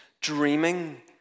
dreaming